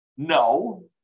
No